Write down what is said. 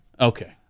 Okay